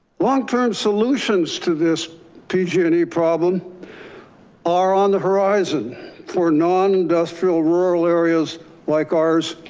longterm solutions to this pgne problem are on the horizon for nonindustrial rural areas like ours.